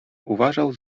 uważał